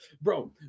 Bro